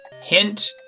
hint